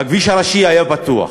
הכביש הראשי היה פתוח,